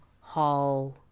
Hall